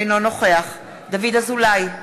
אינו נוכח דוד אזולאי,